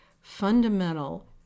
fundamental